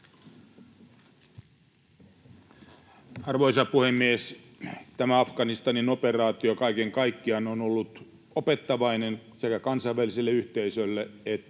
Arvoisa puhemies! Tämä Afganistanin operaatio kaiken kaikkiaan on ollut opettavainen sekä kansainväliselle yhteisölle että